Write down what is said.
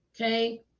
okay